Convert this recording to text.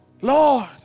Lord